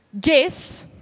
Guess